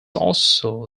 also